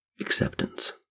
acceptance